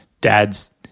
dad's